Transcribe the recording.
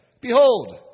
Behold